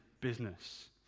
business